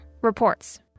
reports